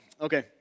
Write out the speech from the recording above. Okay